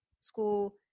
school